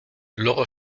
luego